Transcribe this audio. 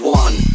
one